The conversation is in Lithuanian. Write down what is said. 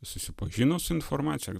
susipažino su informacija